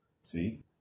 see